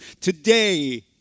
today